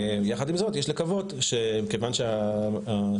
יחד עם זאת יש לקוות שכיוון שהשרה